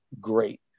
great